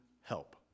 help